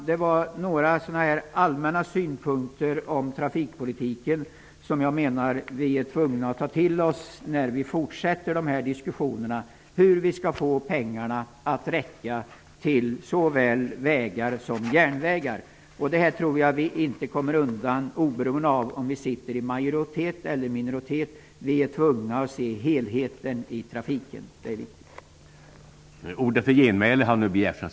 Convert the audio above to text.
Detta var några allmänna synpunkter på trafikpolitiken som jag menar att vi är tvungna att ta till oss när vi fortsätter diskussionerna om hur vi skall få pengarna att räcka till såväl vägar som järnvägar. Jag tror inte att vi kan undvika sådana ställningstaganden, oavsett om vi sitter i majoritet eller i minoritet. Det viktiga är att vi ser till helheten i trafiksammanhangen.